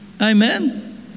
Amen